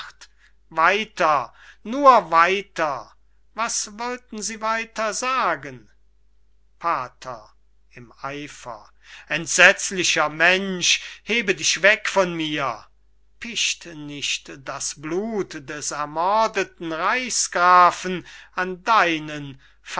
weiter nur weiter was wollten sie weiter sagen pater im eifer entsetzlicher mensch hebe dich weg von mir picht nicht das blut des ermordeten reichs grafen an deinen